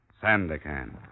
Sandakan